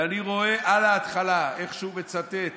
ואני רואה בהתחלה איך הוא מצטט